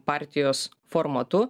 partijos formatu